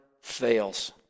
fails